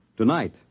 Tonight